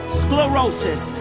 sclerosis